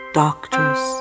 doctors